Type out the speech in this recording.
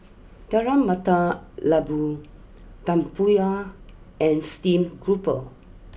Telur Mata Lembu Tempoyak and Steamed grouper